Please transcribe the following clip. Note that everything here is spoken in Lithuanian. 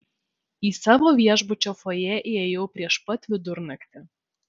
į savo viešbučio fojė įėjau prieš pat vidurnaktį